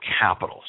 capital